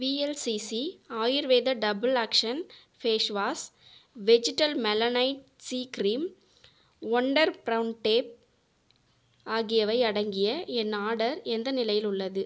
VLCC Ayurveda double action face wash vegetal melanite C cream wonder brown tape ஆகியவை அடங்கிய என் order எந்த நிலையில் உள்ளது